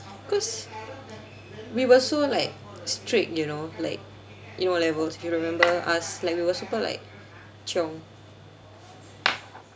cause we were so like strict you know like in O levels you remember us like we were super like chiong